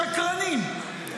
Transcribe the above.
שקרנים.